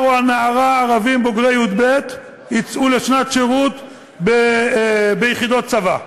שהנער או הנער הערבים בוגרי י"ב יצאו לשנת שירות ביחידות צבא.